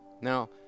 Now